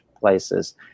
places